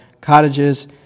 cottages